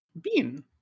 Bean